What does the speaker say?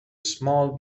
small